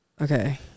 Okay